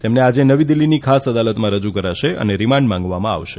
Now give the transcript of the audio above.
તેમને આજે નવી દિલ્હીની ખાસ અદાલતમાં રજુ કરાશે અને રીમાન્ડ માંગવામાં આવશે